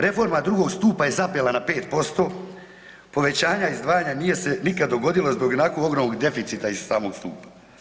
Reforma drugog stupa je zapela na 5%, povećanje izdvajanja nije se nikada dogodilo zbog ionako ogromnog deficita iz samog stupa.